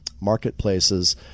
marketplaces